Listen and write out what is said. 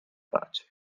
pace